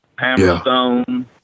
Hammerstone